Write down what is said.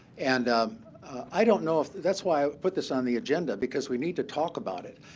and i don't know if that's why i put this on the agenda, because we need to talk about it.